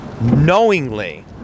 knowingly